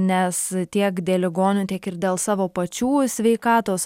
nes tiek dėl ligonių tiek ir dėl savo pačių sveikatos